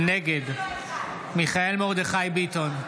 נגד מיכאל מרדכי ביטון,